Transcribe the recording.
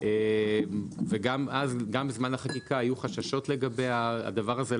גם בזמן החקיקה היו חששות לגבי הדבר הזה,